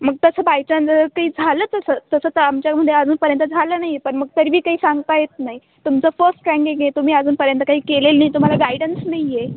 मग तसं by chance जर काही झालं तसं तसं तर आमच्यामध्ये अजूनपर्यंत झालं नाही आहे पण मग तरीबी काही सांगता येत नाही तुमचं फस्ट ट्रँकिंग आहे तुम्ही अजूनपर्यंत काही केलेलं नाही तुम्हाला गाइडन्स नाही आहे